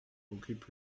occupe